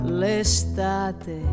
l'estate